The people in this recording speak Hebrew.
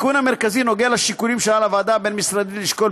התיקון המרכזי נוגע לשיקולים שעל הוועדה הבין-משרדית לשקול